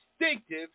distinctive